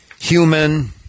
human